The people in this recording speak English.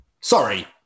Sorry